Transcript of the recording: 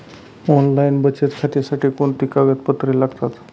Online बचत खात्यासाठी कोणती कागदपत्रे लागतात?